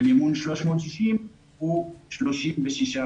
במימון 360 הוא 36%,